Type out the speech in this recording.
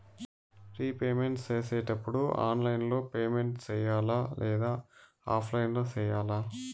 repayment సేసేటప్పుడు online లో payment సేయాలా లేదా ఆఫ్లైన్ లో సేయాలా